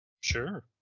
sure